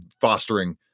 fostering